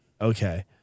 Okay